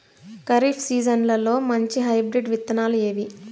ఖరీఫ్ సీజన్లలో మంచి హైబ్రిడ్ విత్తనాలు ఏవి